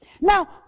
Now